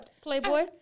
playboy